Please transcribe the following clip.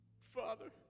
Father